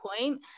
point